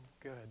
good